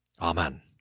Amen